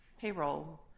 payroll